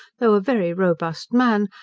though a very robust man,